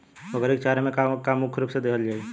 बकरी क चारा में का का मुख्य रूप से देहल जाई?